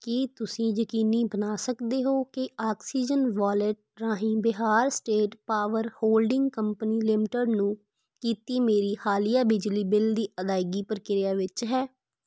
ਕੀ ਤੁਸੀਂ ਯਕੀਨੀ ਬਣਾ ਸਕਦੇ ਹੋ ਕਿ ਆਕਸੀਜਨ ਵਾਲਿਟ ਰਾਹੀਂ Bihar State Power Holding Company Limited ਨੂੰ ਕੀਤੀ ਮੇਰੀ ਹਾਲੀਆ ਬਿਜਲੀ ਬਿੱਲ ਦੀ ਅਦਾਇਗੀ ਪ੍ਰਕਿਰਿਆ ਵਿੱਚ ਹੈ